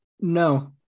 No